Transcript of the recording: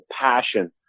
passion